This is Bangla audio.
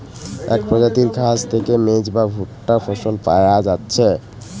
এক প্রজাতির ঘাস থিকে মেজ বা ভুট্টা ফসল পায়া যাচ্ছে